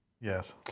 Yes